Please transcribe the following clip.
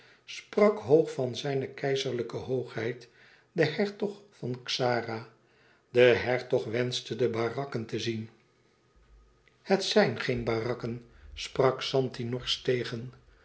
sprak hoog van zijne keizerlijke hoogheid den hertog van xara de hertog wenschte de barakken te zien het zijn geen barakken sprak zanti norsch tegen